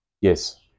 Yes